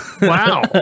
Wow